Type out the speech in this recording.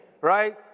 right